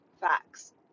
facts